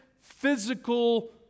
physical